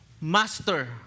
Master